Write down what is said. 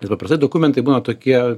nes paprastai dokumentai būna tokie